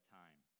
time